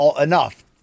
enough